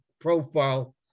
profile